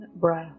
breath